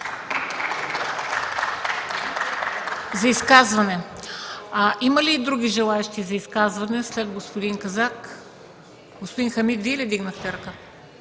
СТОЯНОВА: Има ли други желаещи за изказвания след господин Казак? Господин Хамид, Вие ли вдигнахте ръка?